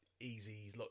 easy